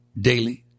Daily